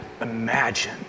imagine